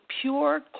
pure